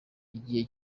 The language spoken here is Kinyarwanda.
igihe